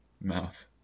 mouth